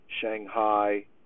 Shanghai